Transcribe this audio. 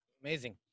Amazing